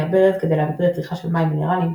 הברז כדי להגביר צריכה של מים מינרליים,